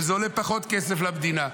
וזה עולה פחות כסף למדינה.